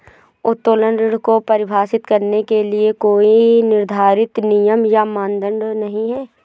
उत्तोलन ऋण को परिभाषित करने के लिए कोई निर्धारित नियम या मानदंड नहीं है